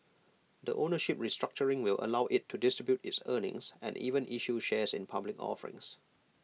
the ownership restructuring will allow IT to distribute its earnings and even issue shares in public offerings